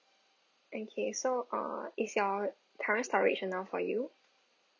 okay so uh is your current storage enough for you